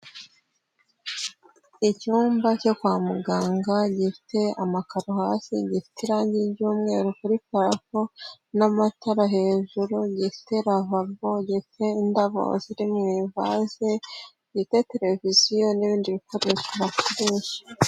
Icyumba cyo kwa muganga gifite amakaro hasi, gifite irangi ry'umweru kuri parafo n'amatara hejuru, gifite ravabo, gifite indabo ziri mu ivaze, gifite televiziyo n'ibindi bikoreshodeshwa.